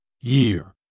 Year